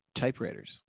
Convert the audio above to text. typewriters